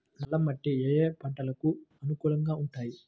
నల్ల మట్టి ఏ ఏ పంటలకు అనుకూలంగా ఉంటాయి?